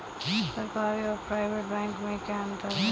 सरकारी और private bank में क्या अंतर है?